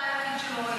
שלא ראית.